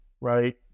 right